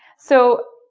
so,